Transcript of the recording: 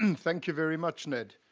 and thank you very much, ned.